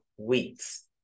weeks